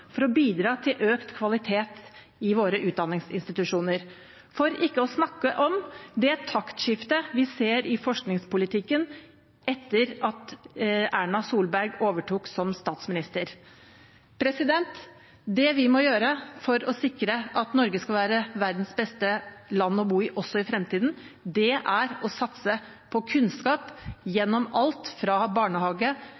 for å bidra til økt kvalitet i våre utdanningsinstitusjoner, for ikke å snakke om det taktskiftet vi ser i forskningspolitikken etter at Erna Solberg overtok som statsminister. Det vi må gjøre for å sikre at Norge skal være verdens beste land å bo i, også i fremtiden, er å satse på kunnskap